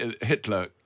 Hitler